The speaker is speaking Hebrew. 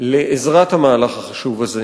לעזרת המהלך החשוב הזה